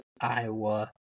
Iowa